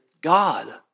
God